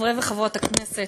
חברות וחברי הכנסת,